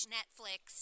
Netflix